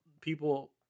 people